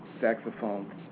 saxophone